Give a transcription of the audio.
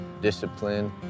discipline